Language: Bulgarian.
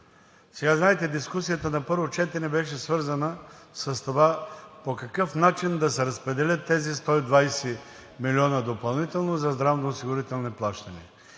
Сега знаете дискусията на първо четене беше свързана с това по какъв начин да се разпределят тези 120 милиона допълнително за здравноосигурителни плащания.